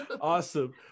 Awesome